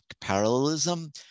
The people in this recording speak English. parallelism